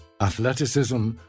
athleticism